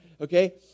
Okay